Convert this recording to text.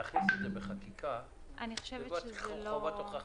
אני חושבת שזה לא -- להכניס את זה בחקיקה צריכה להיות חובת הוכחה.